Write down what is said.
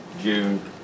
June